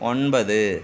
ஒன்பது